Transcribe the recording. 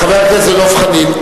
חבר הכנסת דב חנין,